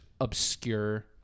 obscure